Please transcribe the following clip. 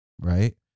Right